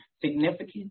significant